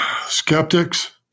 Skeptics